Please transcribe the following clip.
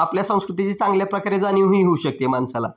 आपल्या संस्कृतीची चांगल्या प्रकारे जाणीवही होऊ शकते माणसाला